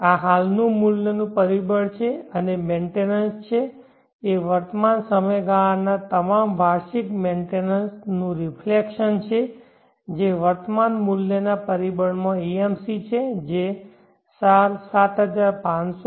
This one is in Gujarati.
આ હાલનું મૂલ્યનું પરિબળ છે અને મેન્ટેનન્સ એ વર્તમાન સમયગાળાના તમામ વાર્ષિક મેન્ટેનન્સ નું રેફલેકશનછે જે વર્તમાન મૂલ્યના પરિબળમાં AMC છે જે 7500 × 8